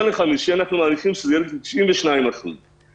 שייצאו ב-1 במאי אנחנו מעריכים שזה יהיה 92% גבייה,